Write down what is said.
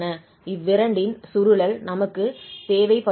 இவ்விரண்டின் சுருளல் நமக்கு தேவைப்படுகிறது